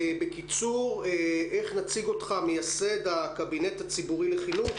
בקיצור, מייסד הקבינט הציבורי לחינוך.